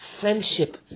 friendship